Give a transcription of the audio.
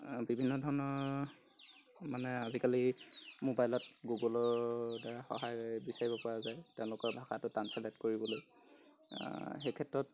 বিভিন্ন ধৰণৰ মানে আজিকালি মোবাইলত গুগলৰ দ্বাৰা সহায় বিচাৰিব পৰা যায় তেওঁলোকৰ ভাষাটো ট্ৰাঞ্চলেট কৰিবলৈ সেই ক্ষেত্ৰত